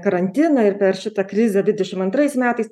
karantiną ir per šitą krizę dvidešimt antrais metais